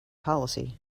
policy